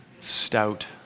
stout